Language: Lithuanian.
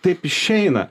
taip išeina